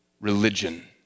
religion